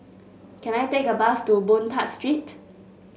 can I take a bus to Boon Tat Street